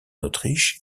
autriche